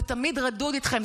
זה תמיד רדוד איתכם,